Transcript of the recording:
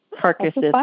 Carcasses